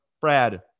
Brad